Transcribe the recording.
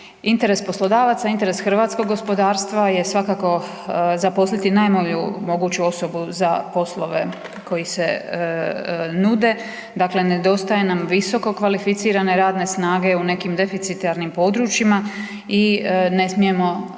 Interes poslodavaca, interes hrvatskog gospodarstva je svakako zaposliti najbolju moguću osobu za poslove koji se nude. Dakle, nedostaje nam visoko kvalificirane snage u nekim deficitarnim područjima i ne smijemo zbog